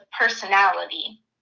personality